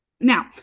Now